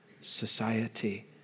society